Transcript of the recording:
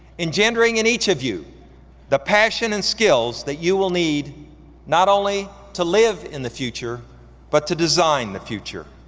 engendering in each of you the passion and skills that you will need not only to live in the future but to design the future.